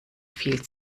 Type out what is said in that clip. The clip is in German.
viel